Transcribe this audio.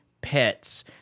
pets